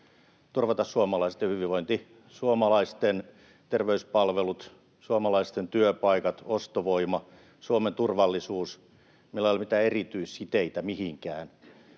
turvata suomalaisten hyvinvointi, suomalaisten terveyspalvelut, suomalaisten työpaikat, ostovoima, Suomen turvallisuus. Meillä ei ole mitään erityissiteitä mihinkään